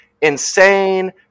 insane